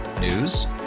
News